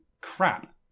crap